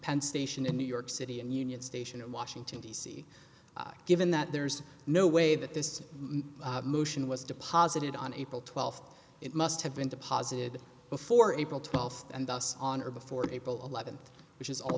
penn station in new york city and union station in washington d c given that there's no way that this motion was deposited on april twelfth it must have been deposited before april twelfth and thus on or before april eleventh which is all